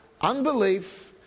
unbelief